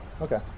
Okay